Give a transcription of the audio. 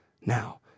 now